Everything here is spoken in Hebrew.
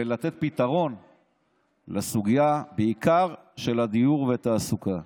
ולתת פתרון לסוגיה, בעיקר של הדיור והתעסוקה.